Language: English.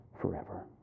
forever